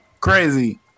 Crazy